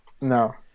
No